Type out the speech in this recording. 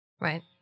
right